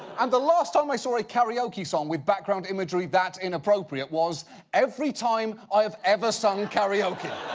and the last time i saw a karaoke song with background imagery that inappropriate was every time i have ever sung karaoke.